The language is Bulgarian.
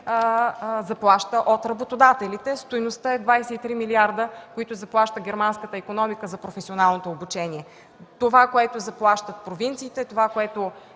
заплаща от работодателите, а стойността е 23 милиарда, които заплаща германската икономика за професионално обучение. Това, което заплащат провинциите и тяхната